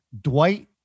Dwight